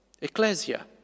ecclesia